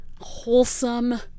wholesome